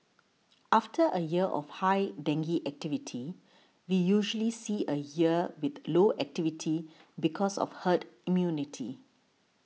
after a year of high dengue activity we usually see a year with low activity because of herd immunity